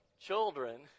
children